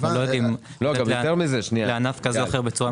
הוא לא מותאם לענף כזה או אחר.